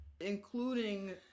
including